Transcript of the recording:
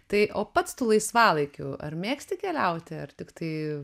tai o pats tu laisvalaikiu ar mėgsti keliauti ar tiktai